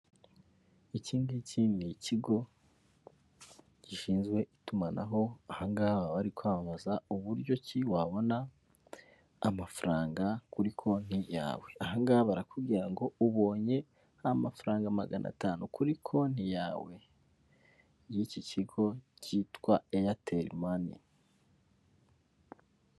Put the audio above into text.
Iki ngiki ni kigo gishinzwe itumanaho, aha ngaha bari kwamamaza uburyo ki wabona amafaranga kuri konti yawe, aha ngaha barakubwira kugira ngo ubonye amafaranga magana atanu kuri konti yawe, y'iki kigo cyitwa airtel money.